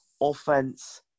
offense